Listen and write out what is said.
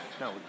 No